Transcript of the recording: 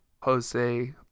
Jose